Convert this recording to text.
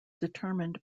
determined